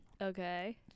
Okay